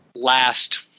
last